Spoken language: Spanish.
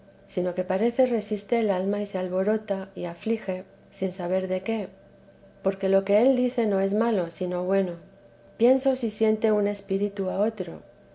sino que parece resiste el alma y se alborota y aflige sin saber de qué porque lo que él dice no es malo sino bueno pienso si siente un espíritu a otro